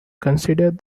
considered